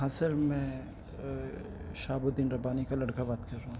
ہاں سر میں شہاب الدین ربانی کا لڑکا بات کر رہا ہوں